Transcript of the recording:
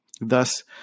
Thus